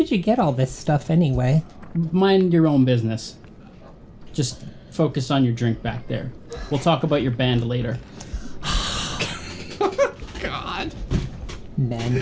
did you get all this stuff anyway mind your own business just focus on your drink back there we'll talk about your band later god man